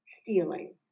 stealing